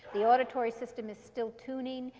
the auditory system is still tuning.